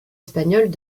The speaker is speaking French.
espagnoles